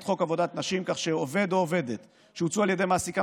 חוק עבודת נשים כך שעובד או עובדת שהוצאו על ידי מעסיקם